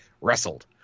wrestled